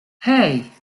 hey